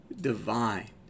divine